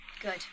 Good